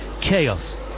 chaos